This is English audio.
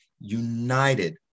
united